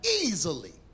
easily